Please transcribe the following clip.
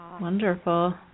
Wonderful